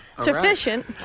Sufficient